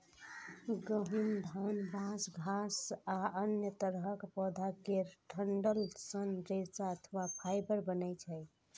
गहूम, धान, बांस, घास आ अन्य तरहक पौधा केर डंठल सं रेशा अथवा फाइबर बनै छै